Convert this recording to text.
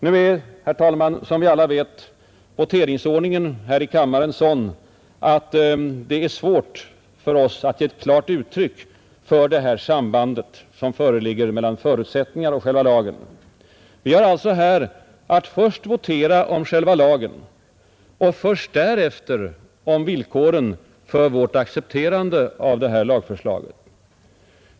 Nu är, herr talman, som vi alla vet voteringsordningen här i kammaren sådan att det är svårt för oss att ge ett klart uttryck för det samband som föreligger mellan förutsättningar och själva lagen. Vi har alltså först att votera om själva lagen och därefter om villkoren för vårt accepterande av lagförslaget.